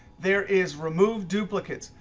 there is remove duplicates.